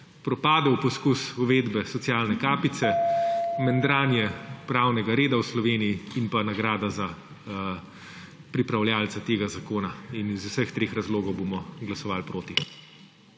propadel poizkus uvedbe socialne kapice, mendranje pravne reda v Sloveniji in pa nagrada za pripravljavca tega zakona. Iz vseh treh razlogov bomo glasovali proti.